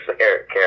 Eric